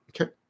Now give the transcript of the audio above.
Okay